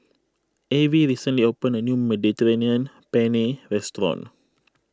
Avie recently opened a new Mediterranean Penne restaurant